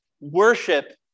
worship